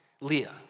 Leah